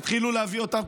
תתחילו להביא אותם,